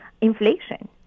inflation